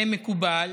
זה מקובל,